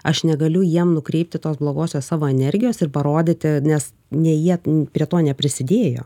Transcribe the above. aš negaliu jiem nukreipti tos blogosios savo energijos ir parodyti nes ne jie prie to neprisidėjo